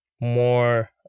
more